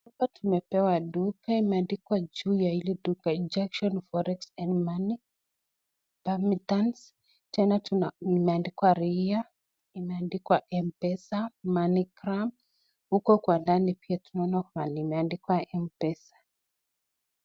Hapa tumepewa duka imeandikwa juu la hili duka Junction Forex & Money Permittance, tena imeandikwa ria, imeandikwa mpesa, Money Gram, huko kwa ndani pia tunaona kwa pahali imeandikwa mpesa.